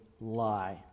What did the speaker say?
lie